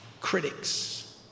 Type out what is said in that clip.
critics